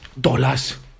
dollars